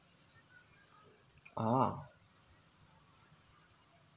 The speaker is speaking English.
a'ah